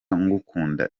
ngukunda